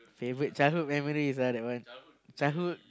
favorite childhood memories ah that one childhood